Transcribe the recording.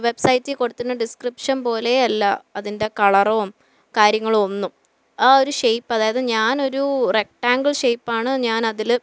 വെബ്സൈറ്റിൽ കൊടുത്തിരുന്ന ഡിസ്ക്രിപ്ഷൻ പോലെയേ അല്ല അതിൻ്റെ കളറോം കാര്യങ്ങളും ഒന്നും ആ ഒരു ഷേപ്പ് അതായത് ഞാനൊരു റെക്ടാങ്കിൾ ഷേപ്പാണ് ഞാനതിൽ